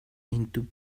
into